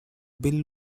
bill